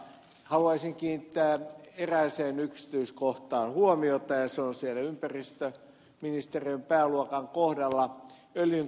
haluaisin kiinnittää erääseen yksityiskohtaan huomiota ja se on siellä ympäristöministeriön pääluokan kohdalla